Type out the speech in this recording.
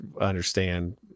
understand